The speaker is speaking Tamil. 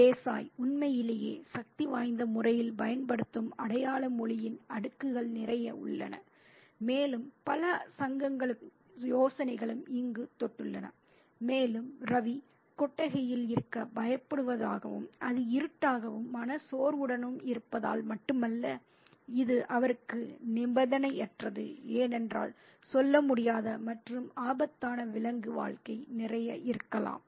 தேசாய் Desai உண்மையிலேயே சக்திவாய்ந்த முறையில் பயன்படுத்தும் அடையாள மொழியின் அடுக்குகள் நிறைய உள்ளன மேலும் பல சங்கங்களும் யோசனைகளும் இங்கு தொட்டுள்ளன மேலும் ரவி கொட்டகையில் இருக்க பயப்படுவதாகவும் அது இருட்டாகவும் மனச்சோர்வுடனும் இருப்பதால் மட்டுமல்லாமல் இது அவருக்கு நிபந்தனையற்றது ஏனென்றால் சொல்லமுடியாத மற்றும் ஆபத்தான விலங்கு வாழ்க்கை நிறைய இருக்கலாம்